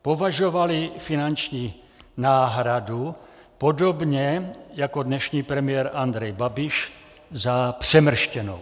Považovali finanční náhradu, podobně jako dnešní premiér Andrej Babiš, za přemrštěnou.